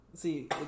See